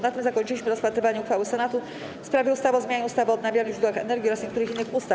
Na tym zakończyliśmy rozpatrywanie uchwały Senatu w sprawie ustawy o zmianie ustawy o odnawialnych źródłach energii oraz niektórych innych ustaw.